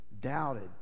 doubted